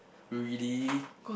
really